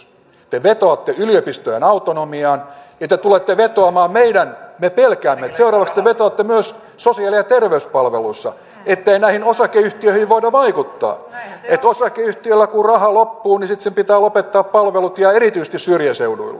te vetoatte yliopistojen autonomiaan ja te tulette vetoamaan me pelkäämme että seuraavaksi te vetoatte myös sosiaali ja terveyspalveluissa ettei näihin osakeyhtiöihin voida vaikuttaa että kun osakeyhtiöillä raha loppuu niin sitten sen pitää lopettaa palvelut ja erityisesti syrjäseuduilla